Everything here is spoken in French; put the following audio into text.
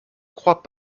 crois